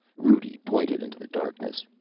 rudi pointed into the darkness.